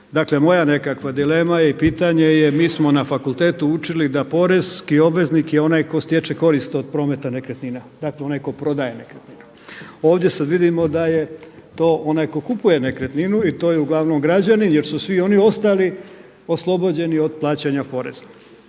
Dakle moja nekakva dilema je i pitanje je, mi smo na fakultetu učili da porezni obveznik ko stječe korist od prometa nekretnina, dakle onaj ko prodaje nekretninu. Ovdje sad vidimo da je to onaj ko kupuje nekretninu i to je uglavnom građanin jer su svi oni ostali oslobođeni od plaćanja poreza.